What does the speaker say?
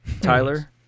Tyler